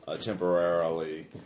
temporarily